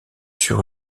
sur